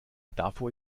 davor